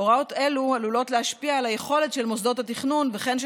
הוראות אלו עלולות להשפיע על היכולת של מוסדות התכנון וכן של